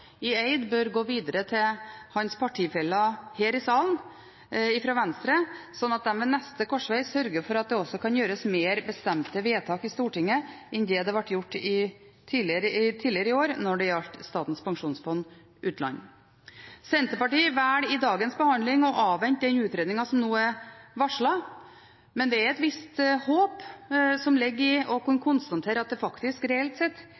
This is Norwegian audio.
i Eid bør gå videre til hans partifeller fra Venstre her i salen, slik at de ved neste korsveg sørger for at det også kan gjøres mer bestemte vedtak i Stortinget enn det som ble gjort tidligere i år når det gjaldt Statens pensjonsfond utland. Senterpartiet velger i dagens behandling å avvente den utredningen som nå er varslet, men det er et visst håp som ligger i å kunne konstatere at det faktisk reelt sett